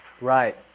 Right